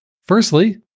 Firstly